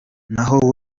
n’aho